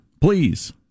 please